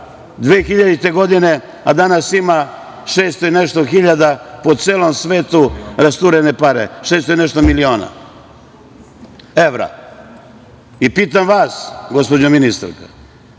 2000. godine, a danas ima 600 i nešto hiljada po celom svetu rasturene pare, 600 i nešto miliona evra. Pitam vas, gospođo ministarka,